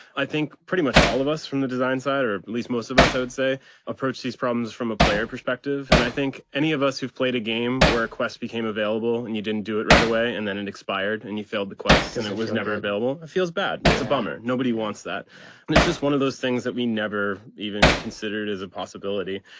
i think pretty much all of us from the design side or at least most of us i would say approach these problems from a player perspective. and i think any of us who've played a game where a quest became available. and you didn't do it right away and then it expired and you failed the quest and it was never available. it feels bad. it's a bummer. nobody wants that and it's just one of those things that we never even considered as a possibility.